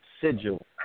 sigil